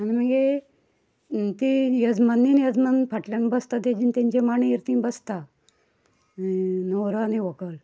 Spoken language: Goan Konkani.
आनी मगीर तीं येजमानगिणी येजमान फाटल्यान बसता ताजी तेंचे माणयेर तीं बसता नवरो आनी व्हंकल